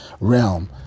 realm